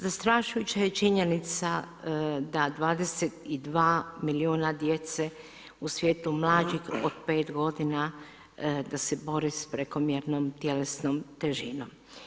Zastrašujuća je činjenica da 22 milijuna djece u svijetu, mlađih od 5 godina, da se bori sa prekomjernom tjelesnom težinom.